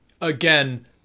again